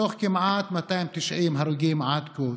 מתוך כמעט 290 הרוגים עד כה,